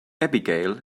abigail